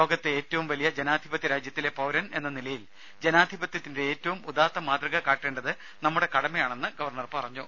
ലോകത്തെ ഏറ്റവും വലിയ ജനാധിപത്യരാജ്യത്തിലെ പൌരരെന്നനിലയിൽ ജനാധിപത്യത്തിന്റെ ഏറ്റവും ഉദാത്തമാതൃക കാട്ടേണ്ടത് നമ്മുടെ കടമയാണെന്ന് ഗവർണർ പറഞ്ഞു